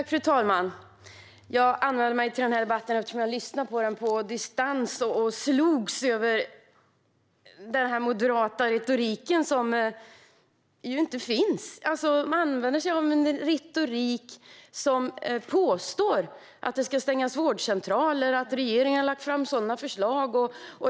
Fru talman! Jag anmälde mig till debatten eftersom jag lyssnade till den på distans och slogs av den moderata retoriken. Det finns ju inte. Man använder sig av en retorik där man påstår att vårdcentraler ska stängas och att regeringen har lagt fram sådana förslag.